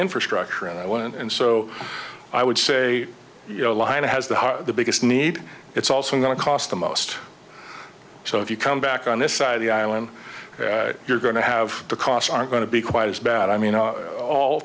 infrastructure and i was and so i would say you know live it has the biggest need it's also going to cost the most so if you come back on this side of the island you're going to have the costs are going to be quite as bad i mean all